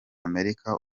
amerika